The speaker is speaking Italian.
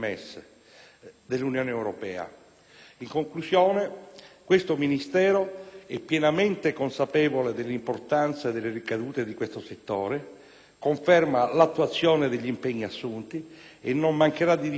In conclusione, questo Ministero è pienamente consapevole dell'importanza e delle ricadute di questo settore, conferma l'attuazione degli impegni assunti e non mancherà di riferire,